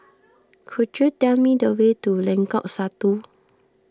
could you tell me the way to Lengkok Satu